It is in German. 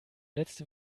letzte